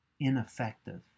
ineffective